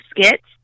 skits